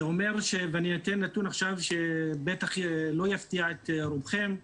אני אתן נתון עכשיו שבטח לא יפתיע את רובכם,